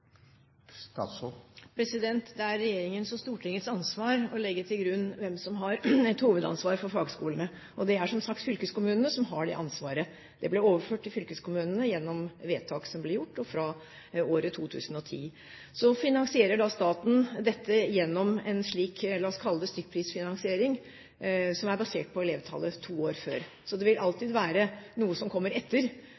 Det er regjeringens og Stortingets ansvar å legge til grunn hvem som har et hovedansvar for fagskolene. Det er som sagt fylkeskommunene som har det ansvaret. Det ble overført til fylkeskommunene fra året 2010 gjennom vedtak som ble gjort. Så finansierer staten dette gjennom en – la oss kalle det – stykkprisfinansiering, som er basert på elevtallet to år før. Så det vil